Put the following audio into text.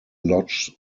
lodge